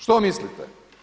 Što mislite?